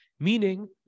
Meaning